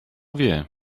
wie